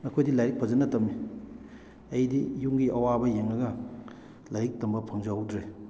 ꯃꯈꯣꯏꯒꯤ ꯂꯥꯏꯔꯤꯛ ꯐꯖꯅ ꯇꯝꯃꯤ ꯑꯩꯗꯤ ꯌꯨꯝꯒꯤ ꯑꯋꯥꯕ ꯌꯦꯡꯉꯒ ꯂꯥꯏꯔꯤꯛ ꯇꯝꯕ ꯐꯪꯖꯍꯧꯗ꯭ꯔꯦ